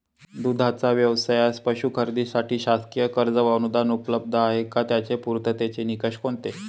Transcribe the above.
दूधाचा व्यवसायास पशू खरेदीसाठी शासकीय कर्ज व अनुदान उपलब्ध आहे का? त्याचे पूर्ततेचे निकष कोणते?